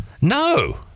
No